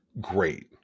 great